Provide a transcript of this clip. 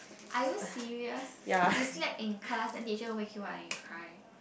are you serious you slept in class and the teacher wake you up and you cry